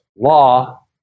law